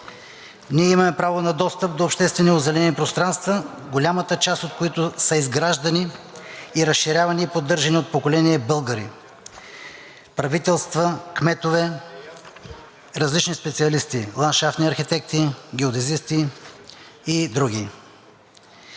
Ние имаме право на достъп до обществени озеленени пространства, голямата част от които са изграждани, разширявани и поддържани от поколения българи – правителства, кметове, различни специалисти, ландшафтни архитекти, геодезисти и други.